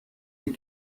les